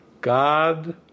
God